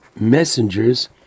messengers